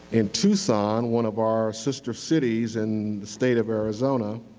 in tucson, one of our sister cities in the state of arizona,